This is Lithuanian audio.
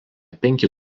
penki